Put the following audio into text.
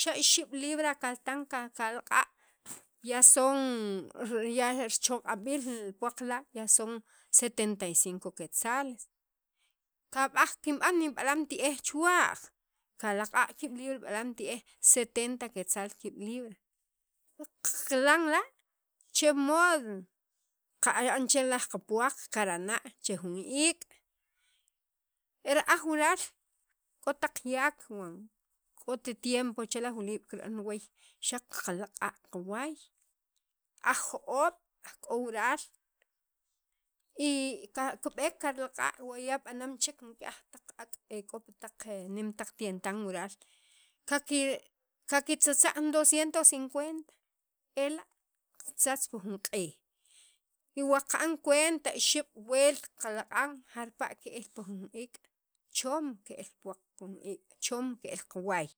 xa' ixeb' libra akaltan kalaq'a' ya son r ya richoq'ab'aliil li puwaq la' ya son setenta y cinco quetzales kab'aj kinb'an nib'alam ti'ej chuwa'q kalaq'a' ki'ab' libra b'alam tie'ej setenta quetales kiib' libra qilan la' cher mod qa qana'n chiran laj kapuwa kira'na che jun iik' e ra'aj wural k'ot taq yak k'ot ritiempo xa' qalaq'a' qawaay aj jo'oob' aj k'o wural y ka kib'eek karlaq'a' o ya b'anam chek laj ak' e k'o pi taq nin taq tientan wural qaqe qakitzatza jun dosciendos cincuenta ela' qatzatza pi jun q'iij y wa qa'n cuenta ixeb' wult qaqlaq'an jarpala' ke'l pi jun iik' choom ke'el puwaq pi jun iik' choom ke'el qawaay.